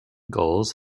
gulls